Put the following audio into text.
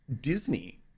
Disney